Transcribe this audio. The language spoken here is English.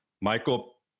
michael